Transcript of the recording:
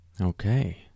Okay